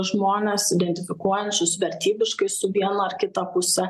žmones identifikuojančius vertybiškai su viena ar kita puse